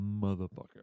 motherfucker